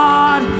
God